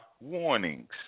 warnings